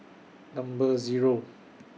Number Zero